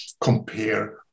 compare